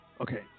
Okay